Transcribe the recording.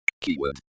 keyword